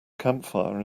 campfire